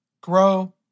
grow